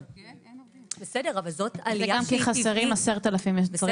זה גם כי חסרים 10,000 מלצרים בישראל.